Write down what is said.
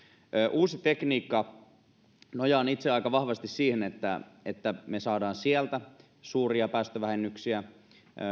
uusi tekniikka nojaan itse aika vahvasti siihen että että me saamme sieltä suuria päästövähennyksiä